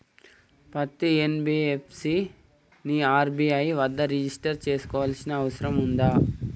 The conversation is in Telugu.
పత్తి ఎన్.బి.ఎఫ్.సి ని ఆర్.బి.ఐ వద్ద రిజిష్టర్ చేసుకోవాల్సిన అవసరం ఉందా?